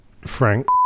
frank